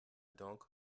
donc